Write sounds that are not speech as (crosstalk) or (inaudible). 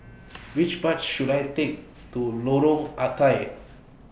(noise) Which Bus should I Take to Lorong Ah Thia